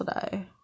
today